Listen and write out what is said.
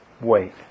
wait